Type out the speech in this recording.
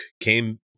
came